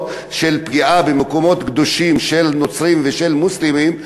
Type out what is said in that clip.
של פגיעה במקומות קדושים של נוצרים ושל מוסלמים.